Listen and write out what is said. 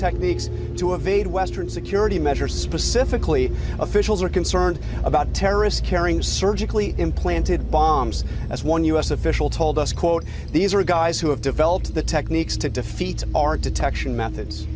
techniques to evade western security measures specifically officials are concerned about terrorist carrying surgically implanted bombs as one u s official told us quote these are guys who have developed the techniques to defeat our detection methods